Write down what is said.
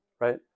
right